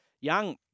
Young